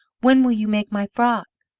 when will you make my frock?